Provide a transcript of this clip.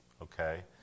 okay